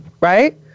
right